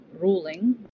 ruling